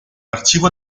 archivo